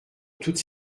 toutes